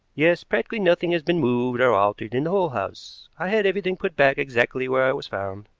yes practically nothing has been moved or altered in the whole house. i had everything put back exactly where it was found.